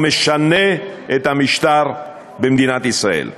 ומשנה את המשטר במדינת ישראל.